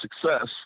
success